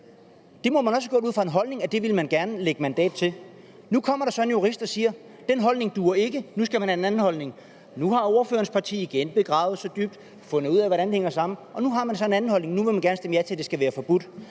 Det må man også have gjort ud fra en holdning om, at det ville man gerne give mandat til. Nu kommer der så en jurist og siger: Den holdning duer ikke, nu skal man have en anden holdning. Nu har ordførerens parti igen gravet sig dybt ned i sagen og har fundet ud af, hvordan det hænger sammen, men nu har man så en anden holdning – nu vil man godt stemme ja til, at det skal være forbudt.